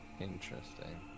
Interesting